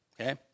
Okay